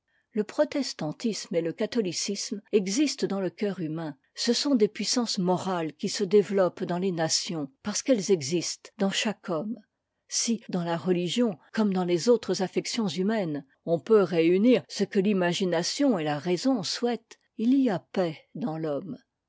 le protestantisme et le catholicisme existent dans le cœur humain ce sont des puissances morales qui se développent dans les nations parcequ'elles existent danschaquehomme si dans la religion comme dans les autres affections humaines on peut réunir ce que l'imagination et la raison souhaitent il y a paix dans l'homme